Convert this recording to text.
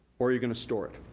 or you're gonna store it.